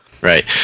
Right